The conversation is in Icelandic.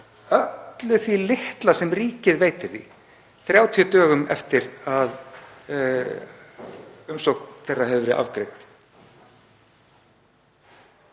öllu því litla sem ríkið veitir því 30 dögum eftir að umsókn þeirra hefur verið